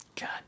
God